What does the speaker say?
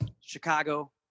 Chicago